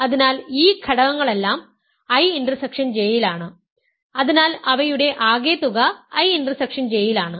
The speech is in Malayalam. അതിനാൽ ഈ ഘടകങ്ങളെല്ലാം I ഇന്റർസെക്ഷൻ J യിലാണ് അതിനാൽ അവയുടെ ആകെത്തുക I ഇന്റർസെക്ഷൻ J യിലാണ്